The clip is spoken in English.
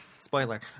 Spoiler